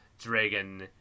Dragon